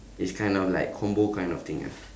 it's kind of like combo kind of thing ah